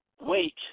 wait